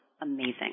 amazing